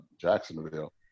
Jacksonville